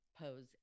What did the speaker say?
pose